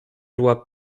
loi